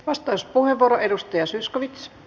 arvoisa rouva puhemies